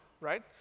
right